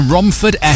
Romford